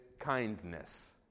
Kindness